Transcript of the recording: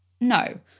No